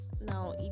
Now